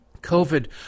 COVID